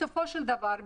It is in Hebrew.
בסופו של דבר,